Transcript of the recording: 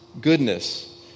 goodness